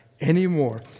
anymore